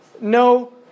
no